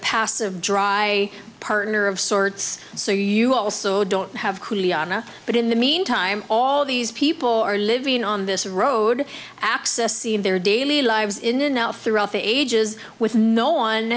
passive dry partner of sorts so you also don't have clearly ana but in the meantime all these people are living on this road access their daily lives in and out throughout the ages with no one